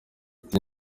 ati